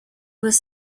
was